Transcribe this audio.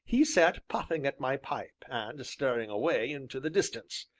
he sat puffing at my pipe, and staring away into the distance.